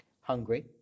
Hungry